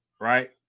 right